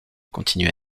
continua